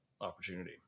opportunity